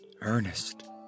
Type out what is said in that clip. Ernest